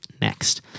next